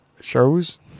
shows